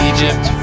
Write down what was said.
Egypt